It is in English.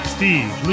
Steve